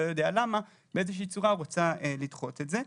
לא יודע למה, באיזושהי צורה היא רוצה לדחות את זה.